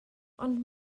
ond